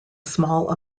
small